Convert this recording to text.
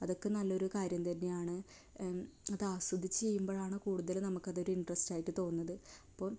അതൊക്കെ നല്ലൊരു കാര്യം തന്നെയാണ് അത് ആസ്വദിച്ച് ചെയ്യുമ്പോഴാണ് കൂടുതല് നമുക്കതൊരു ഇൻട്രസ്റ്റായിട്ട് തോന്നുന്നത് അപ്പോൾ